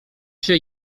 się